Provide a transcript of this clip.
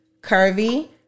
curvy